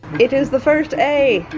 it is the first a!